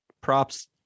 Props